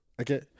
okay